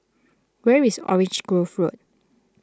where is Orange Grove Road